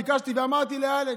ביקשתי ואמרתי לאלכס,